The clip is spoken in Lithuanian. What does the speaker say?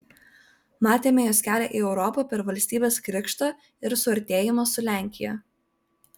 matėme jos kelią į europą per valstybės krikštą ir suartėjimą su lenkija